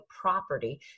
property